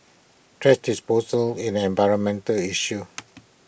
thrash disposal is an environmental issue